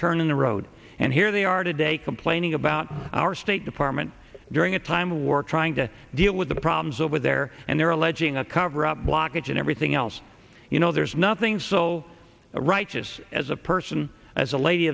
turn in the road and here they are today complaining about our state department during a time of war trying to deal with the problems over there and they're alleging a cover up blockage and everything else you know there's nothing so right this as a person as a lady